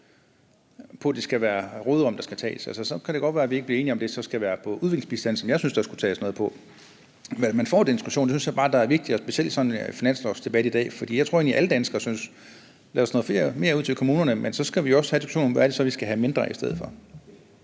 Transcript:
og at det skal være derfra, der tages. Så kan det godt være, at vi ikke bliver enige om, at det så skal være fra udviklingsbistanden, som jeg synes der skal tages noget fra, men man får den diskussion, og det synes jeg bare er vigtigt og specielt i sådan en finanslovsdebat. For jeg tror egentlig, at alle danskere synes, at vi skal have noget mere ud til kommunerne, men så skal vi også have diskussionen om, hvad det så er, vi skal have mindre af i stedet for.